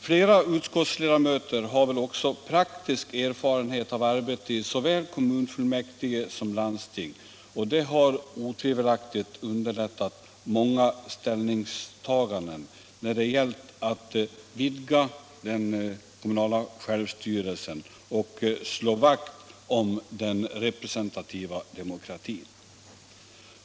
Flera utskottsledamöter har väl också praktisk erfarenhet av arbete i såväl kommunfullmäktige som landsting och det har otvivelaktigt underlättat många ställningstaganden, när det gällt att vidga den kommunala självstyrelsen och slå vakt om den representativa demokratin.